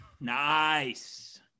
Nice